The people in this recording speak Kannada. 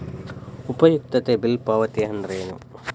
ಉಪಯುಕ್ತತೆ ಬಿಲ್ ಪಾವತಿ ಅಂದ್ರೇನು?